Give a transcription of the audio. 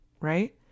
right